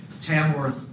Tamworth